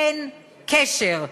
אין קשר.